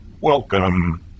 Welcome